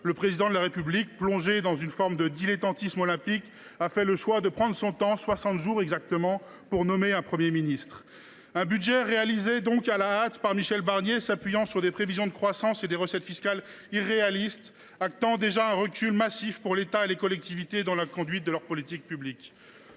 Le Président de la République, plongé dans une forme de dilettantisme olympique, a fait le choix de prendre son temps – soixante jours exactement – pour nommer un Premier ministre. Ce budget a donc été réalisé à la hâte par Michel Barnier, qui s’est appuyé sur des prévisions de croissance et de recettes fiscales irréalistes, actant d’ores et déjà un recul massif pour l’État et les collectivités dans la conduite de leurs politiques publiques.